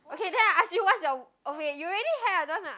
okay then I ask you what's your away you already have I don't want nah